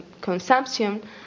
consumption